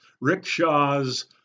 rickshaws